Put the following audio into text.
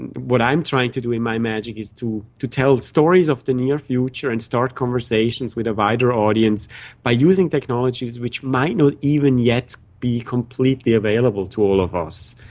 what i'm trying to do in my magic is to to tell stories of the near future and start conversations with a wider audience by using technologies which might not even yet be completely available to all of us.